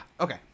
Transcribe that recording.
Okay